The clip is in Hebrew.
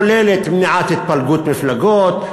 כוללת מניעת התפלגות מפלגות,